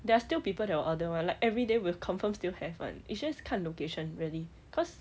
there are still people that would order [one] like everyday will confirm still have [one] it's just 看 location really cause